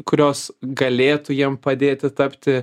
kurios galėtų jiem padėti tapti